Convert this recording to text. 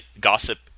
gossip